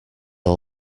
all